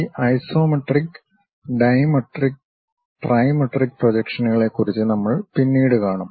ഈ isometric dimetric trimetric പ്രൊജക്ഷനുകളെക്കുറിച്ച് നമ്മൾ പിന്നീട് കാണും